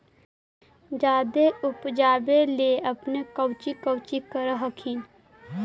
जादे उपजाबे ले अपने कौची कौची कर हखिन?